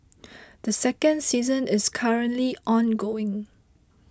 the second season is currently ongoing